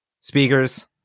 speakers